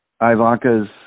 Ivanka's